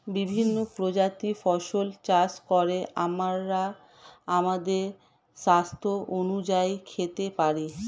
বিভিন্ন প্রজাতির ফসল চাষ করে আমরা আমাদের স্বাস্থ্য অনুযায়ী খেতে পারি